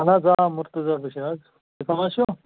آہَن حظ آ مُرتٕزا بٔشیٖر حظ تُہی کَم حظ چھُو